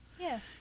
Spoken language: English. Yes